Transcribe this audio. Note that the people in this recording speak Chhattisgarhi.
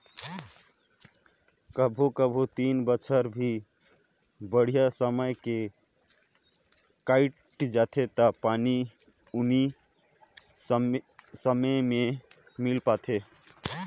कभों कभों तीन बच्छर भी बड़िहा समय मे कइट जाथें त पानी उनी समे मे मिल पाथे